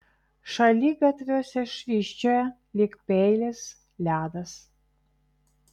šaligatviuose švysčioja lyg peiliais ledas